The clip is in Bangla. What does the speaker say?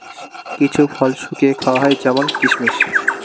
কিছু ফল শুকিয়ে খাওয়া হয় যেমন কিসমিস